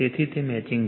તેથી તે મેચિંગ છે